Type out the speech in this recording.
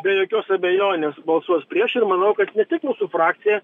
be jokios abejonės balsuos prieš ir manau kad ne tik mūsų frakcija